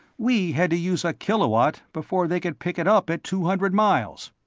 we had to use a kilowatt before they could pick it up at two hundred miles.